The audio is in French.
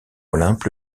olympe